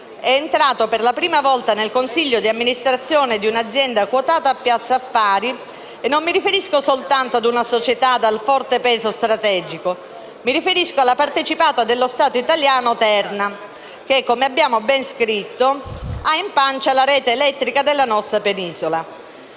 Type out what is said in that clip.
è entrato per la prima volta nel consiglio di amministrazione di un'azienda quotata a Piazza Affari; e non mi riferisco soltanto a una società dal forte peso strategico; mi riferisco alla partecipata dello Stato italiano Terna, che - come abbiamo ben scritto - ha in pancia la rete elettrica della nostra Penisola.